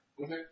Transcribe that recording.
Okay